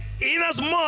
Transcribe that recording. Inasmuch